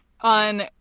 on